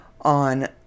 On